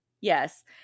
yes